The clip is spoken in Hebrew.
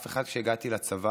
כשהגעתי לצבא